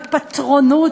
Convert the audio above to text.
בפטרונות,